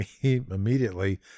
immediately